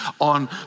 on